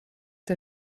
der